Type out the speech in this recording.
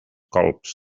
colps